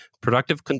productive